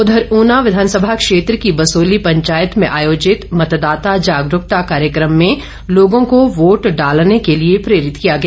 उधर ऊना विधानसभा क्षेत्र की बसोली पंचायत में आयोजित मतदाता जागरूकता कार्यक्रम में लोगों को वोट डालने के लिए प्रेरित किया गया